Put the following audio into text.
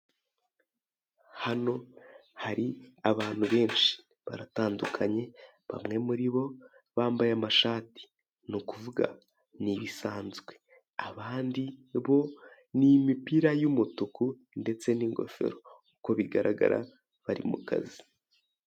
Hano hari abantu benshi bamwe muri bo bambaye amashati ni ukuvuga ni ibisanzwe abandi bo ni imipira y'umutuku ndetse n'ingofero uko bigaragara bari mu kazi.